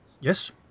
yes